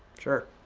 sure.